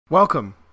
Welcome